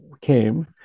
came